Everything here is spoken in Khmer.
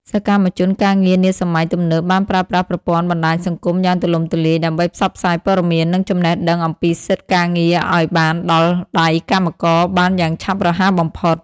សកម្មជនការងារនាសម័យទំនើបបានប្រើប្រាស់ប្រព័ន្ធបណ្តាញសង្គមយ៉ាងទូលំទូលាយ ដើម្បីផ្សព្វផ្សាយព័ត៌មាន និងចំណេះដឹងអំពីសិទ្ធិការងារឱ្យបានដល់ដៃកម្មករបានយ៉ាងឆាប់រហ័សបំផុត។